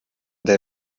der